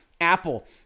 Apple